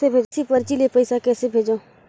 निकासी परची ले पईसा कइसे भेजों?